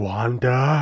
Wanda